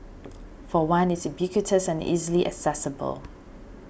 for one it's ubiquitous and easily accessible